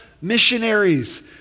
missionaries